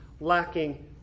lacking